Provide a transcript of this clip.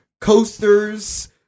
coasters